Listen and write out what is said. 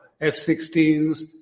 F-16s